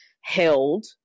held